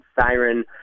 siren